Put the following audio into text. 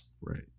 right